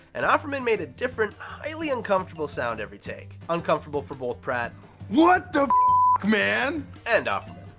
and offerman made a different, highly uncomfortable sound every take. uncomfortable for both pratt what the man? and offerman.